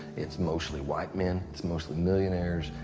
it's mostly white men, it's mostly millionaires,